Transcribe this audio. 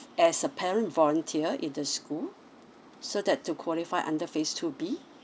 as a parent volunteer in the school so that to qualify under phase two B